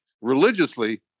religiously